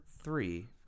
three